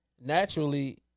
naturally